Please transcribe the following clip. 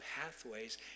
pathways